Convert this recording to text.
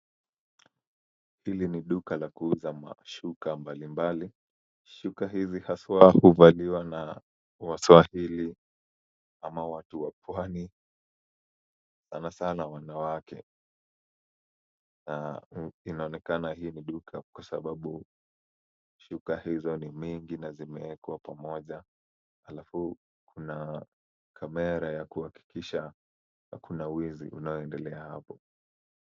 Hili ni duka la kuuza mashuka mabalimbali. Shuka hizi haswa huvaliwa na waswahili ama watu wa pwani sanasana wanawake na inaonekana hii ni duka kwa sababu shuka hizo ni mingi na zimeekwa pamoja alafu kuna kamera ya kuhakikisha hakuna wizi unaoendelea hapo.